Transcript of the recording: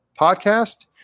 podcast